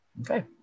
Okay